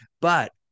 But-